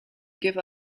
give